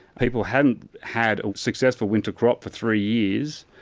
people hadn't had a successful winter crop for three years.